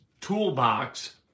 toolbox